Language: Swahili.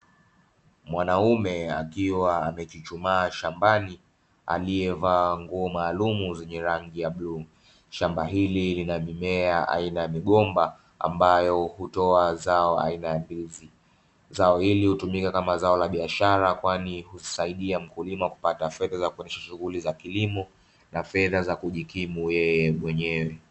Mwanaume akiwa amechuchumaa shambani aliyevaa nguo maalumu zenye rangi ya bluu, shamba hili lina mimea aina ya migomba ambayo hutoa zao aina ya ndizi, zao hili hutumika kama zao la biashara kwani humsaidia mkulima kupata fedha za kuendesha shughuli za kilimo na fedha za kujikimu yeye mwenyewe.